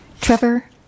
Trevor